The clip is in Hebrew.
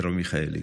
מרב מיכאלי.